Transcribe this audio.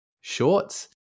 shorts